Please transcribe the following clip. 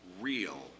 real